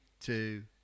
two